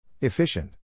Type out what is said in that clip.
Efficient